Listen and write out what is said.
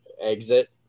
exit